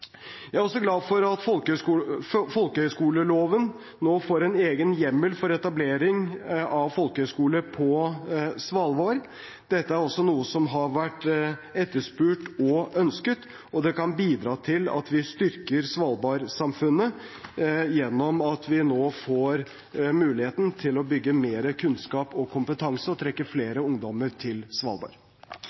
Jeg er også glad for at folkehøyskoleloven nå får en egen hjemmel for etablering av folkehøyskole på Svalbard. Dette er noe som har vært etterspurt og ønsket. Det kan bidra til at vi styrker Svalbard-samfunnet ved at vi nå får muligheten til å bygge mer kunnskap og kompetanse og trekke flere ungdommer til Svalbard.